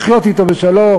לחיות אתו בשלום.